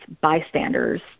bystanders